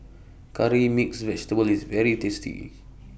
Curry Mixed Vegetable IS very tasty